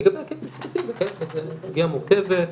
לגבי הקאפ הפסיכיאטרי זו סוגיה מורכבת,